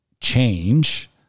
change